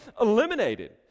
eliminated